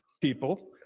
people